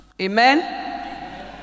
Amen